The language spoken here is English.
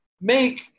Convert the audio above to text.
make